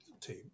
team